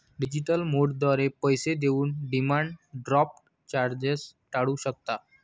digital मोडद्वारे पैसे देऊन डिमांड ड्राफ्ट चार्जेस टाळू शकता